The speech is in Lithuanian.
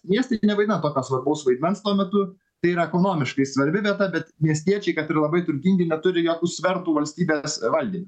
miestai nevaidina tokio svarbaus vaidmens tuo metu tai yra ekonomiškai svarbi vieta bet miestiečiai kad ir labai turtingi neturi jokių svertų valstybės valdym